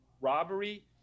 robbery